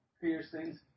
piercings